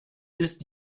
ist